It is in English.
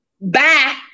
Bye